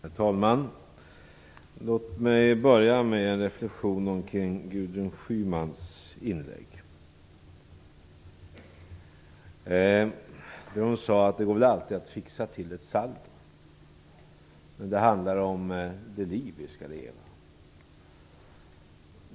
Herr talman! Låt mig börja med en reflexion kring Gudrun Schymans inlägg. Hon sade att det väl alltid går att fixa till ett saldo. Men det handlar om det liv som vi skall leva.